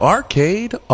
Arcade